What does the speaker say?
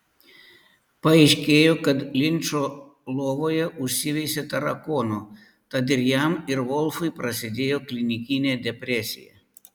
paaiškėjo kad linčo lovoje užsiveisė tarakonų tad ir jam ir volfui prasidėjo klinikinė depresija